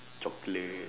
chocolate